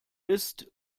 ist